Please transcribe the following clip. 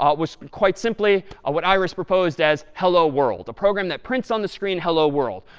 ah was quite simply what iris proposed as hello world, a program that prints on the screen hello, world.